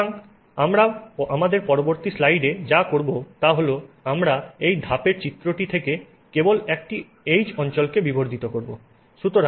সুতরাং আমরা আমাদের পরবর্তী স্লাইডে যা করব তা হল আমরা এই ধাপের চিত্রটি থেকে কেবল একটি H অঞ্চলকে বিবর্ধিত করব